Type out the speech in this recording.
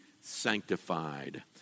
sanctified